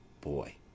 Boy